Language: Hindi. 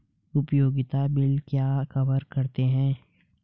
उपयोगिता बिल क्या कवर करते हैं?